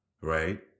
right